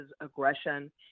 aggression